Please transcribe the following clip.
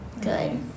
Good